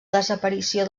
desaparició